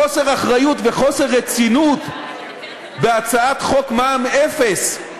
חוסר אחריות וחוסר רצינות בהצעת חוק מע"מ אפס,